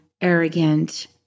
arrogant